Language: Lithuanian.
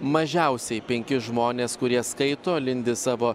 mažiausiai penki žmonės kurie skaito lindi savo